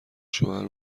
شوهر